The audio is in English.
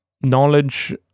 Knowledge